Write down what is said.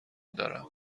دارم